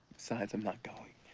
besides, i'm not going.